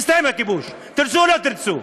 יסתיים הכיבוש, תרצו או לא תרצו,